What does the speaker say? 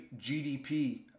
GDP